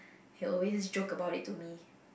he will always joke about it to me